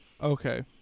Okay